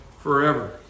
forever